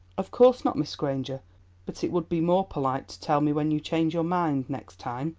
of course not, miss granger but it would be more polite to tell me when you change your mind next time,